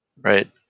Right